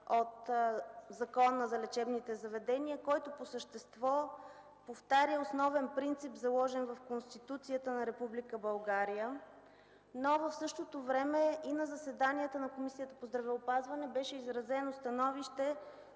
от Закона за лечебните заведения, който по същество повтаря основен принцип, заложен в Конституцията на Република България, но в същото време и на заседание на Комисията по здравеопазването беше изразено становище,